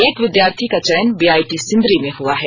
एक विद्यार्थी का चयन बीआईटी सिंदरी में हुआ है